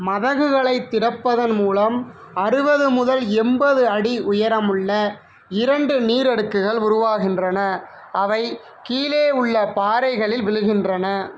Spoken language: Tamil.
மதகுகளைத் திறப்பதன் மூலம் அறுபது முதல் எண்பது அடி உயரமுள்ள இரண்டு நீர் அடுக்குகள் உருவாகின்றன அவை கீழே உள்ள பாறைகளில் விழுகின்றன